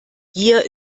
gier